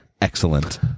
Excellent